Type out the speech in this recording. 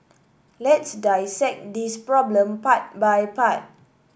let's dissect this problem part by part